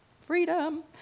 Freedom